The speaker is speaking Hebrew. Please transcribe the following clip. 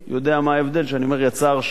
יודע מה ההבדל כשאני אומר "יצאה הרשאה"